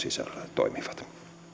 toimivat